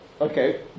Okay